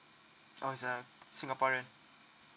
oh he's a singaporean